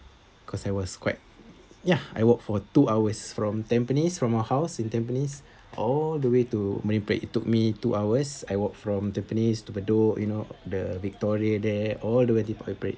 cause I was quite ya I walk for two hours from tampines from our house in tampines all the way to marine parade it took me two hours I walk from tampines to bedok you know the victoria there all the way marine parade